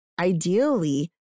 Ideally